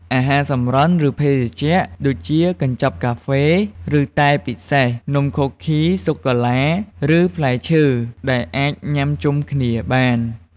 អាហារសម្រន់ ឬភេសជ្ជ ដូចជា កញ្ចប់កាហ្វេ ឬតែពិសេស នំខូគី សូកូឡា ឬ ផ្លែឈើ ដែលអាចញ៉ាំជុំគ្នាបាន។